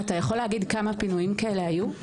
אתה יכול להגיד כמה פינויים כאלה היו?